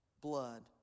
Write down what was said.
blood